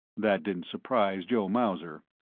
that didn't surprise joe mauser.